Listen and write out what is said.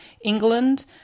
England